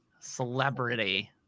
celebrity